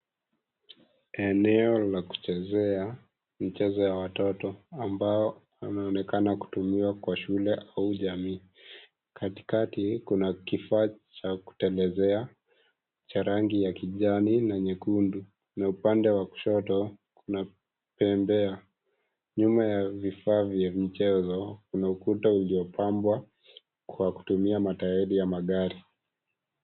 Eneo la kuchezea michezo ya watoto, ambao wameonekana kutumia kwa shule au jamii. Katikati kuna kifaa cha kutelezea cha rangi ya kijani na nyekundu, na upande wa kushoto kuna bembea. Nyuma ya vifaa vyi michezo kuna kuta uliopambwa kwa kutumia matairi ya magari.